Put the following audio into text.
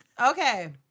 Okay